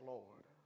Lord